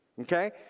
Okay